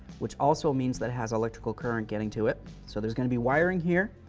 which also means that has electrical current getting to it so there's going to be wiring here,